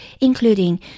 including